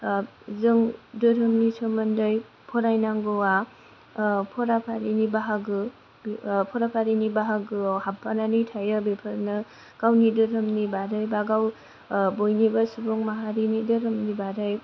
जों धोरोमनि सोमोन्दै फरायनांगौ आ फराफारिनि बाहागो फराफारिनि बाहागोआव हाबफानानै थायो बेफोरनो गावनि धोरोमनि बारै बा गाव बयनिबो सुबुं माहारिनि धोरोमनि बारै